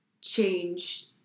change